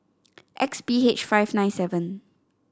X P H five nine seven